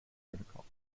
protocols